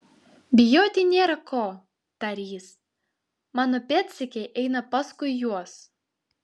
bijoti nėra ko tarė jis mano pėdsekiai eina paskui juos